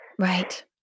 Right